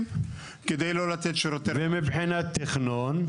כדי לא לתת שירותי --- ומבחינת תכנון?